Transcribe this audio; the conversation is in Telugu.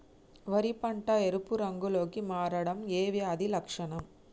వరి పంట ఎరుపు రంగు లో కి మారడం ఏ వ్యాధి లక్షణం?